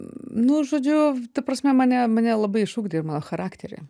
nu žodžiu ta prasme mane mane labai išugdė ir mano charakterį